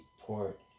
port